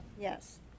Yes